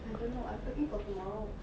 I'm going home I packing for tomorrow